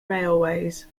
railways